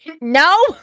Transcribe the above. No